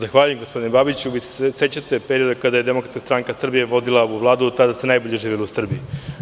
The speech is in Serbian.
Zahvaljujem gospodine Babiću, vi se sećate perioda kada je Demokratska stranka Srbije vodila ovu vladu, tada se najbolje živelo u Srbiji.